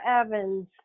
Evans